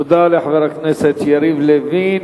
תודה לחבר הכנסת יריב לוין.